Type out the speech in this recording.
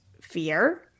fear